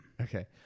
Okay